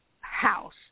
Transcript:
house